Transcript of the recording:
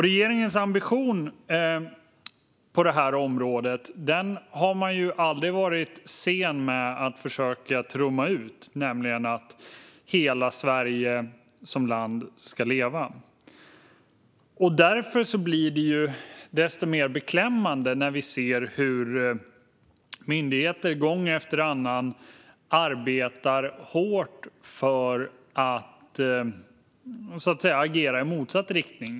Regeringen har aldrig varit sen med att trumma ut sin ambition på detta område: Hela Sverige ska leva. Då blir det desto mer beklämmande att se hur myndigheter gång efter annan arbetar hårt för att agera i motsatt riktning.